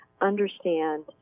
understand